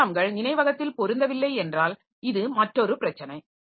ப்ரோகிராம்கள் நினைவகத்தில் பொருந்தவில்லை என்றால் இது மற்றாெரு பிரச்சனை